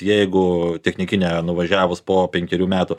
jeigu technikinę nuvažiavus po penkerių metų